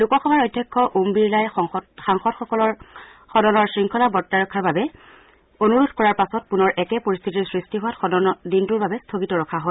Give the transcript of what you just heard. লোকসভাৰ অধ্যক্ষ ওম বিৰলাই সাংসদসকলক সদনৰ শৃংখলা বৰ্তাই ৰখাৰ বাবে অনুৰোধ কৰাৰ পাছত পুনৰ একে পৰিস্থিতিৰ সৃষ্টি হোৱাত সদন দিনটোৰ বাবে স্বগিত ৰখা হয়